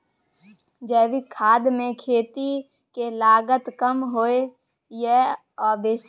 जैविक खाद मे खेती के लागत कम होय ये आ बेसी?